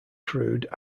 crude